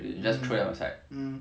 um um